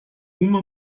uma